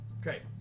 Okay